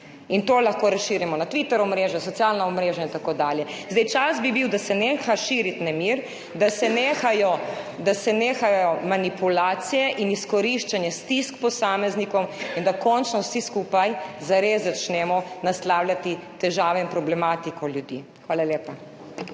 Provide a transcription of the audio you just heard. in to lahko razširimo na Twitter omrežja, socialna omrežja in tako dalje.« Čas bi bil, da se neha širiti nemir, da se nehajo manipulacije in izkoriščanje stisk posameznikov in da končno vsi skupaj zares začnemo naslavljati težave in problematiko ljudi. Hvala lepa.